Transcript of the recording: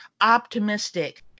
optimistic